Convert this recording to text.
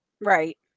Right